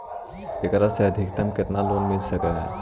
एकरा से अधिकतम केतना लोन मिल सक हइ?